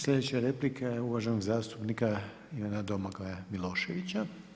Slijedeća replika je uvaženog zastupnika Ivana Domagoja Miloševića.